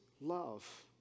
love